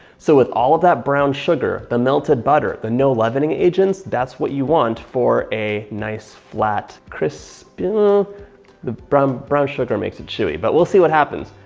so with all of that brown sugar, the melted butter, the no leavening agents, that's what you want for a nice, flat crisp, the brown brown sugar makes it chewy. but we'll see what happens.